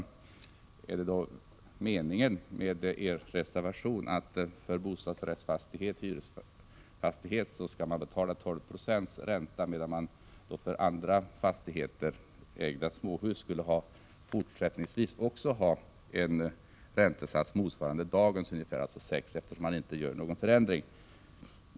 Menar ni då genom er reservation att man för bostadsrättsfastigheter och hyresfastigheter skall betala 12 96 i ränta, medan man för andra fastigheter, såsom ägda småhus, skulle ha en räntesats motsvarande dagens, dvs. ungefär 6 76 — eftersom ni inte föreslår några förändringar beträffande småhus?